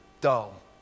dull